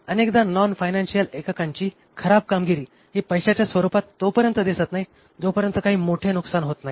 अनेकदा non financial एककांची खराब कामगिरी ही पैशांच्या स्वरूपात तो पर्यंत दिसत नाही जो पर्यंत काही मोठे नुकसान होत नाही